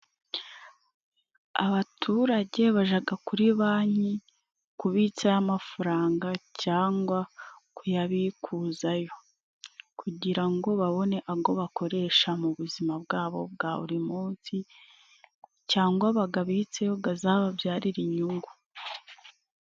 Abaturage bajaga kuri banki kubitsayo amafaranga cyangwa kuyabikuzayo kugira ngo babone ago bakoresha mu buzima bwabo bwa buri munsi cyangwa bagabitseyo gazababyarire inyungu.